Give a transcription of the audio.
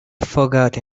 forgotten